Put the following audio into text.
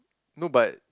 no but